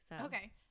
Okay